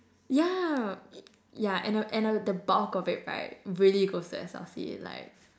yeah yeah and a and a the bulk of it right really goes to S_L_C like